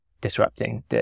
disrupting